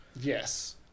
Yes